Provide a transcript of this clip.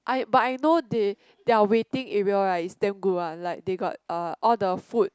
I but I know they their waiting area right is damn good one like they got uh all the food